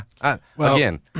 Again